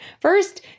First